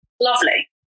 lovely